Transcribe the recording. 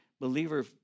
believer